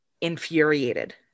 infuriated